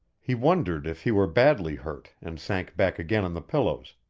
he wondered if he were badly hurt and sank back again on the pillows,